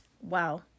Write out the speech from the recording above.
wow